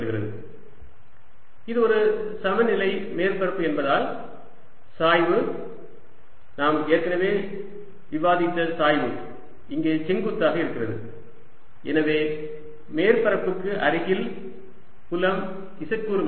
Ezq4π0z z0s2z z0232 z z0s2z z0232 இது ஒரு சமநிலை மேற்பரப்பு என்பதால் சாய்வு நாம் ஏற்கனவே விவாதித்த சாய்வு இங்கே செங்குத்தாக இருக்கும் எனவே மேற்பரப்புக்கு அருகில் புலம் z கூறு மட்டுமே